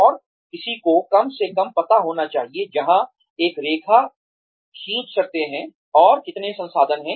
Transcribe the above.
और किसी को कम से कम पता होना चाहिए जहां एक रेखा खींच सकती है और कितने संसाधन हैं